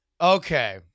Okay